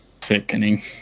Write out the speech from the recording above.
Sickening